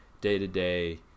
day-to-day